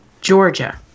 Georgia